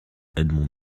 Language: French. edmond